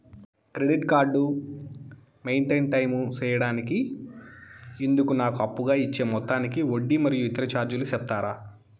Credit card maintain time సేయడానికి ఇందుకు నాకు అప్పుగా ఇచ్చే మొత్తానికి వడ్డీ మరియు ఇతర చార్జీలు సెప్తారా?